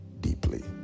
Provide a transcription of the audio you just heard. deeply